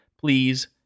Please